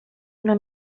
una